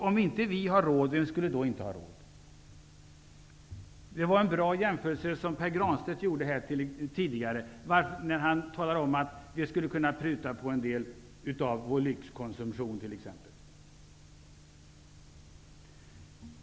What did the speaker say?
Om inte vi har råd, vem skulle då ha råd? Pär Granstedt gjorde tidigare en bra jämförelse när han talade om att vi skulle kunna pruta en del på vår lyxkonsumtion.